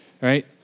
right